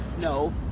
No